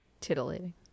Titillating